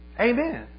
Amen